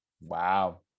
Wow